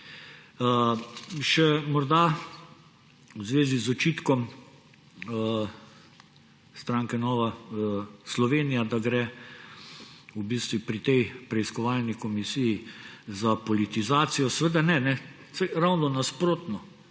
Še morda v zvezi z očitkom stranke Nova Slovenija, da gre pri tej preiskovalni komisij za politizacijo. Seveda ne, ravno nasprotno.